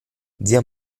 zia